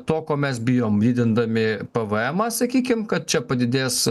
to ko mes bijom didindami pvemą sakykim kad čia padidės